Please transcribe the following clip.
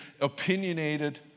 opinionated